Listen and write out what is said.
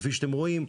כפי שאתם רואים,